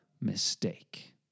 mistake